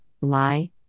lie